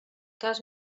cas